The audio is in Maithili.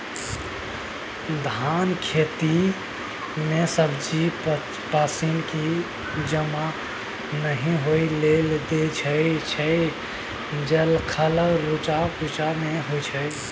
धानक खेती मे बेसी पानि केँ जमा नहि होइ लेल देल जाइ छै जखन जरुरत परय छै पटाएलो जाइ छै